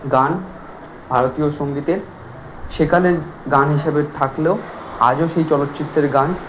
গান ভারতীয় সঙ্গীতের সেকালের গান হিসেবে থাকলেও আজও সেই চলচ্চিত্রের গান